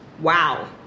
Wow